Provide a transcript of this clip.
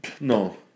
No